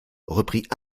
reprit